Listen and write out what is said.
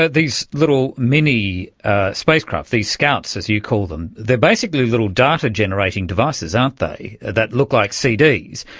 but these little mini spacecraft, these scouts as you call them, they are basically little data generating devices, aren't they, that look like cds.